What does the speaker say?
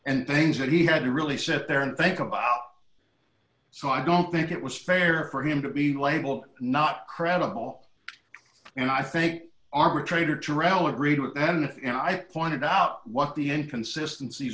and things that he had to really sit there and think about so i don't think it was fair for him to be labelled not credible and i think arbitrator terrelle agreed with him and i pointed out what the inconsistency is